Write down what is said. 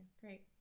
Great